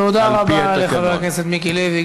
תודה רבה לחבר הכנסת מיקי לוי,